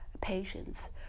patients